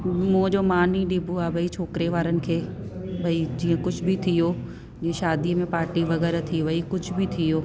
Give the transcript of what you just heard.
मो जो मां नी ॾिबो आ भाई छोकिरे वारनि खे भाई जीअं कुझु बि थी वियो जीअं शादी में पाटी वग़ैरह थी वई कुझु बि थी वियो